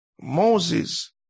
Moses